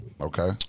Okay